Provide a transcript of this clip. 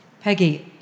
Peggy